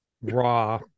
raw